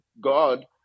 God